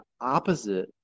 opposite